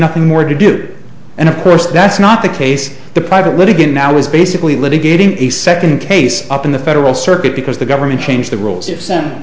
nothing more to do and of course that's not the case the private litigant now is basically litigating a second case up in the federal circuit because the government changed the rules it s